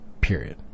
period